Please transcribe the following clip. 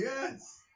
yes